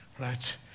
right